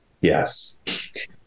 yes